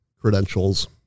credentials